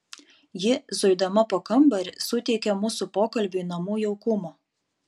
ji zuidama po kambarį suteikė mūsų pokalbiui namų jaukumo